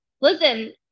listen